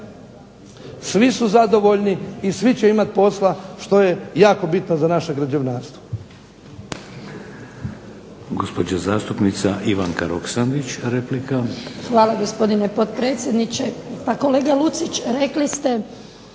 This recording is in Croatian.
svi su zadovoljni i svi će imati posla što je jako bitno za naše građevinarstvo.